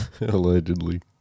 Allegedly